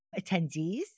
attendees